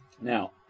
Now